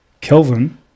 kelvin